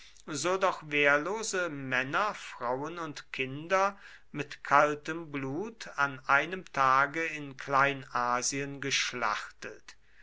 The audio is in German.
so doch wehrlose männer frauen und kinder mit kaltem blut an einem tage in kleinasien geschlachtet